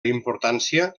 importància